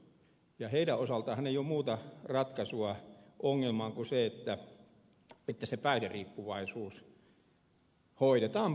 heidän osaltaanhan ei ole muuta ratkaisua ongelmaan kuin se että se päihderiippuvuus hoidetaan pois